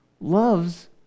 loves